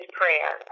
prayer